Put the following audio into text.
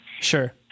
Sure